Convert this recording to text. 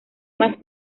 mas